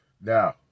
Now